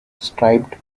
striped